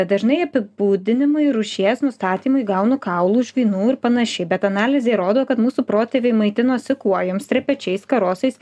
dažnai apibūdinimui rūšies nustatymui gaunu kaulų žvynų ir panašiai bet analizė rodo kad mūsų protėviai maitinosi kuojom strepečiais karosais